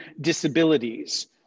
disabilities